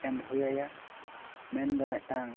ᱮᱢ ᱦᱩᱭᱟᱭᱟ ᱢᱮᱱᱫᱚ ᱢᱤᱫᱴᱟᱝ